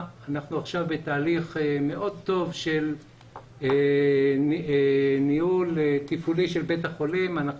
אנחנו עכשיו בתהליך מאוד טוב של ניהול תפעולי של בית החולים אנחנו